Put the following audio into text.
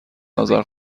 اذر